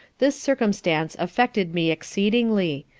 this circumstance affected me exceedingly,